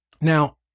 Now